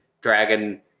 dragon